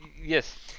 Yes